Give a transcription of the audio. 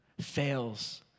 fails